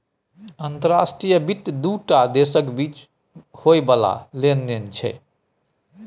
अंतर्राष्ट्रीय वित्त दू टा देशक बीच होइ बला लेन देन छै